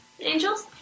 Angels